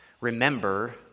remember